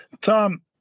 Tom